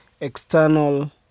external